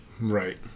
Right